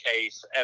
case